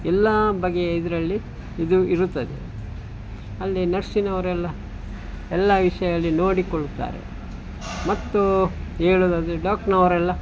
ಎಲ್ಲ ಬಗೆಯ ಇದರಲ್ಲಿ ಇದು ಇರುತ್ತದೆ ಅಲ್ಲಿ ನರ್ಸ್ರವರೆಲ್ಲ ಎಲ್ಲ ವಿಷಯಲ್ಲಿ ನೋಡಿಕೊಳ್ಳುತ್ತಾರೆ ಮತ್ತು ಹೇಳುದಾದ್ರೆ ಡಾಕ್ಟ್ರವರೆಲ್ಲ